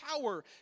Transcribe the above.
power